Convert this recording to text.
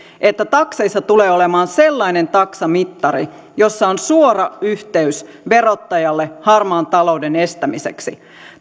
että takseissa tulee olemaan sellainen taksamittari jossa on suora yhteys verottajalle harmaan talouden estämiseksi